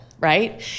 right